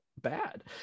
bad